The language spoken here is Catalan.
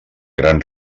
gran